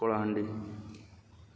Kalahandi